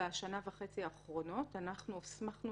בשנה וחצי האחרונות אנחנו הוסמכנו